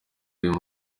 uyu